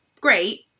great